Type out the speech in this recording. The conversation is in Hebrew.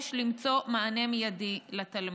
יש למצוא מענה מיידי לתלמיד.